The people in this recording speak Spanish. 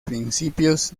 principios